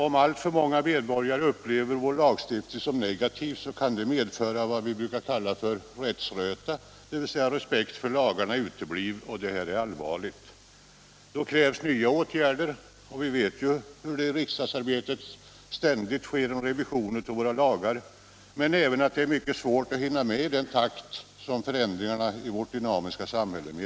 Om alltför många medborgare upplever vår lagstiftning som negativ kan det medföra vad vi brukar kalla rättsröta, dvs. respekten för lagarna uteblir och det är allvarligt. Då krävs nya åtgärder, och vi vet att det i riksdagsarbetet sker en ständig revision av våra lagar. Men vi vet också att det är mycket svårt att hålla takt med förändringarna i vårt dynamiska samhälle.